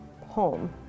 home